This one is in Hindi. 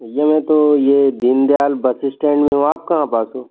ये मैं तो ये दीन दयाल बस इस्टैंड में हूँ आप कहाँ फंसे हो